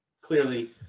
clearly